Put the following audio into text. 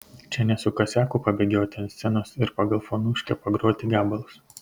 čia ne su kasiaku pabėgioti ant scenos ir pagal fonuškę pagroti gabalus